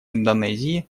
индонезии